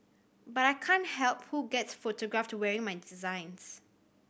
but I can't help who gets photographed wearing my designs